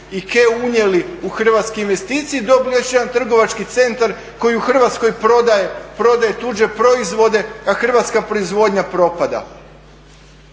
unijeli u hrvatske investicije i dobili još jedan trgovački centar koji su Hrvatskoj prodaje, prodaje tuđe proizvode a hrvatska proizvodnja propada.